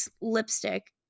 lipstick